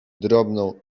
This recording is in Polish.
drobną